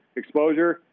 exposure